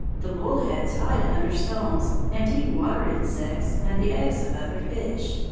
the bull-heads hide under stones, and eat water insects, and the eggs of other fish.